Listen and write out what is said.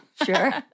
Sure